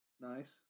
Nice